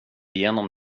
igenom